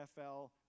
NFL